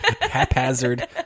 haphazard